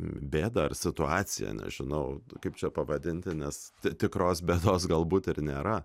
bėda ar situacija nežinau kaip čia pavadinti nes tikros bėdos galbūt ir nėra